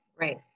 Right